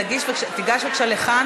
התשע"ו 2016,